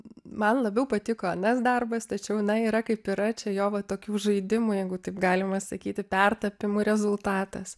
man labiau patiko anas darbas tačiau na yra kaip yra čia jo va tokių žaidimai jeigu taip galima sakyti pertapymų rezultatas